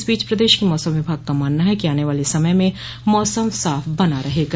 इस बीच प्रदेश के मौसम विभाग का मानना है कि आने वाले समय में मौसम साफ बना रहेगा